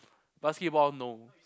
basketball no